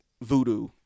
Voodoo